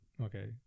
okay